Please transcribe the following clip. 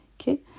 Okay